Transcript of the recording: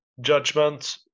Judgment